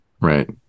Right